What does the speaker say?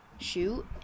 shoot